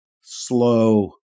slow